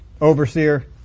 overseer